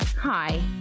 Hi